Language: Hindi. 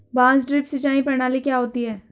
बांस ड्रिप सिंचाई प्रणाली क्या होती है?